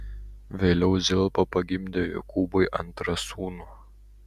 vėliau zilpa pagimdė jokūbui antrą sūnų